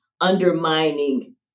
undermining